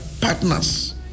partners